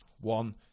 one